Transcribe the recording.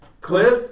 Cliff